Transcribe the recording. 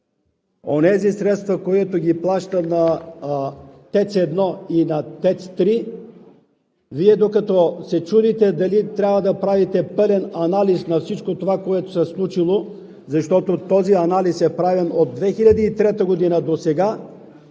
онези средства, които ги плаща на ТЕЦ 1 и на ТЕЦ 3, Вие докато се чудите дали трябва да правите пълен анализ на всичко това, което се е случило, защото този анализ е правен от 2003 г. досега,